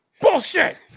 Bullshit